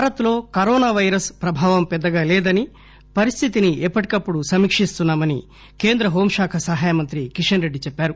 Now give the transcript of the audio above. భారత్ లో corona virus ప్రభావం పెద్దగా లేదని పరిస్థితిని ఎప్పటికప్పుడు సమీకిస్తున్నా మని కేంద్ర హోంశాఖ సహాయ మంత్రి కిషన్ రెడ్డి చెప్పారు